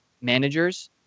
managers